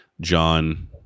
John